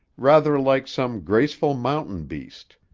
rather like some graceful mountain beast,